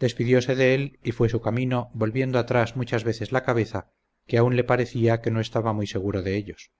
de él y fue su camino volviendo atrás muchas veces la cabeza que aun le parecía que no estaba muy seguro de ellos